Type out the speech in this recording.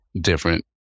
different